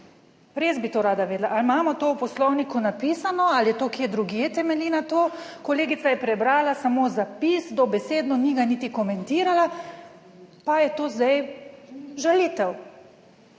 res bi to rada vedela, ali imamo to v Poslovniku napisano ali je to kje drugje temelji na to. Kolegica je prebrala samo zapis dobesedno, ni ga niti komentirala, pa je to zdaj žalitev.